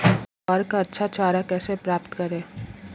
ग्वार का अच्छा चारा कैसे प्राप्त करें?